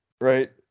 right